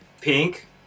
pink